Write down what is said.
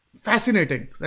fascinating